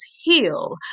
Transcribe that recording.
heal